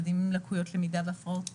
ילדים עם לקויות למידה והפרעות קשב,